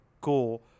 cool